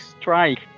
strike